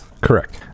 Correct